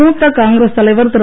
மூத்த காங்கிரஸ் தலைவர் திரு